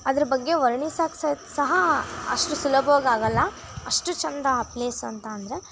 ಅದ್ರ ಬಗ್ಗೆ ವರ್ಣಿಸೋಕ್ ಸಹ ಅಷ್ಟು ಸುಲಭವಾಗಿ ಆಗಲ್ಲ ಅಷ್ಟು ಚೆಂದ ಆ ಪ್ಲೇಸ್ ಅಂತ ಅಂದರೆ